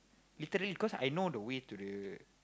literally cause I know the way to the